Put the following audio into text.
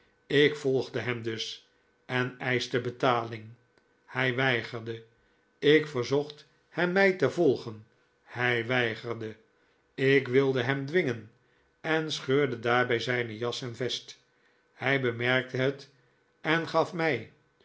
ik volgde hem dus en eischte betaling hij weigerde ik verzocht hem mij te volgen hij weigerde ik wilde hem dwingen en scheurde daarbij zijne das en vest hij bemerkte het en gaf mij